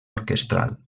orquestral